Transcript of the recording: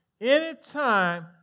Anytime